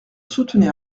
soutenir